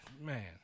Man